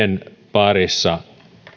parissa